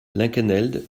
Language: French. linkenheld